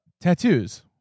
Tattoos